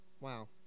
Wow